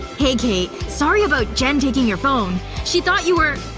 hey, kate. sorry about jen taking your phone she thought you were,